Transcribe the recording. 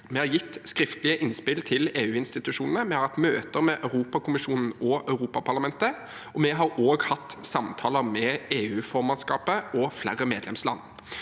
Vi har gitt skriftlige innspill til EU-institusjonene, vi har hatt møter med Europakommisjonen og Europaparlamentet, og vi har hatt samtaler med EUformannskapet og flere medlemsland.